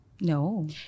No